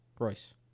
Royce